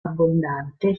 abbondante